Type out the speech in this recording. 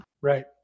Right